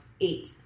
eight